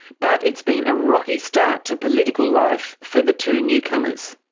but it's been a rocky start to political life for the two newcomers.